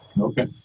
Okay